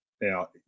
Now